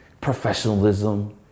professionalism